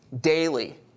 daily